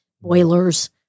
boilers